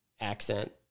accent